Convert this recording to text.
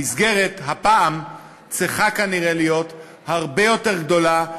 המסגרת הפעם צריכה כנראה להיות הרבה יותר גדולה,